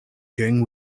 during